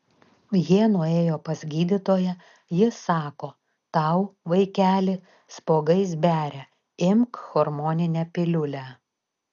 jie nuėjo pas gydytoją ji sako tau vaikeli spuogais beria imk hormoninę piliulę